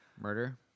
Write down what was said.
Murder